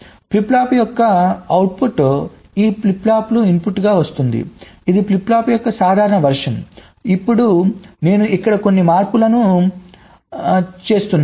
flip flop యొక్క output ఈ flip ఫ్లాప్కు ఇన్పుట్గా వస్తోంది ఇది ఫ్లిప్ ఫ్లాప్ యొక్క సాధారణ వెర్షన్ ఇప్పుడు నేను ఇక్కడ కొన్ని మార్పులు చేస్తున్నాను